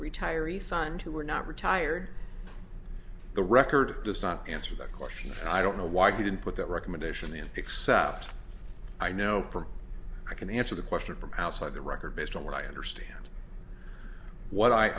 retiree fund who are not retired the record does not answer that question i don't know why i didn't put that recommendation in except i know from i can answer the question from outside the record based on what i understand what i